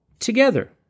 together